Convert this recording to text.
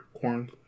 corn